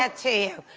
ah to you.